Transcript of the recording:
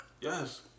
Yes